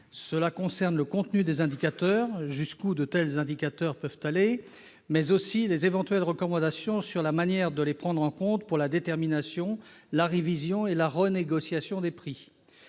Cela concerne le contenu des indicateurs- jusqu'où de tels indicateurs peuvent aller -, mais aussi les éventuelles « recommandations sur la manière de les prendre en compte pour la détermination, la révision et la renégociation des prix